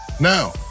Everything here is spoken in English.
Now